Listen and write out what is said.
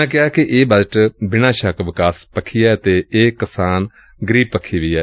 ਉਨ੍ਹਾਂ ਕਿਹਾ ਕਿ ਇਹ ਬਜਟ ਬਿਨਾਂ ਸੱਕ ਵਿਕਾਸ ਪੱਖੀ ਏ ਅਤੇ ਇਹ ਕਿਸਾਨ ਗਰੀਬ ਪੱਖੀ ਵੀ ਏ